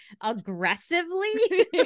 aggressively